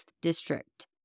District